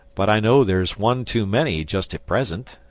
but i know there's one too many just at present,